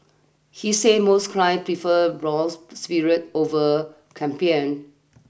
he say most client prefer brown spirits over champagne